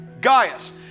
Gaius